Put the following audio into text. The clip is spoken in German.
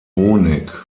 honig